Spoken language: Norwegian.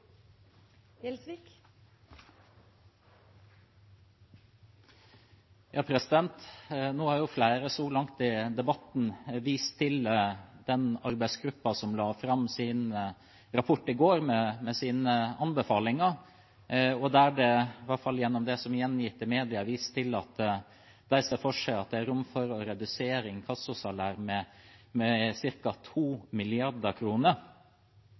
Nå har flere så langt i debatten vist til den arbeidsgruppen som i går la fram sin rapport med sine anbefalinger, og der det – i hvert fall gjennom det som er gjengitt i media – er vist til at de ser for seg at det er rom for å redusere inkassosalærene med